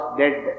dead